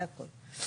זה הכול.